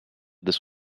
this